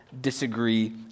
disagree